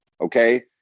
okay